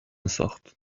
ساخت